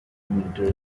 meters